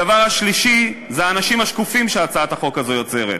הדבר השלישי זה האנשים השקופים שהצעת החוק הזאת יוצרת.